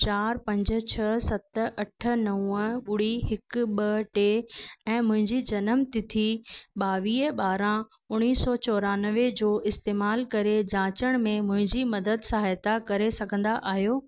चारि पंज छह सत अठ नव ॿुड़ी हिकु ॿ टे ऐं मुंहिंजी जनम तिथि ॿावीह ॿारहं उणिवीह सौ चोराणवे जो इस्तेमालु करे जाचण में मुहिंजी मदद सहायता करे सघंदा आहियो